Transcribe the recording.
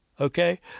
Okay